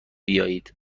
بیایید